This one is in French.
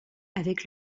avec